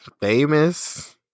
Famous